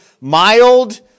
Mild